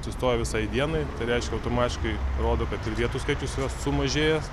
atsistoja visai dienai tai reiškia automatiškai rodo kad ir vietų skaičius sumažėjęs